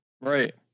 Right